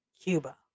Cuba